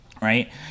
right